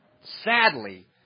sadly